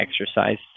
exercise